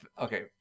Okay